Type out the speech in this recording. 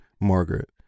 Margaret